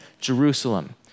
Jerusalem